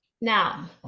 Now